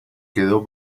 quedó